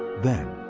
then,